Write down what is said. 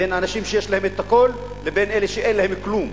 בין אנשים שיש להם הכול לבין אלה שאין להם כלום.